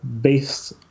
based